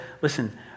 listen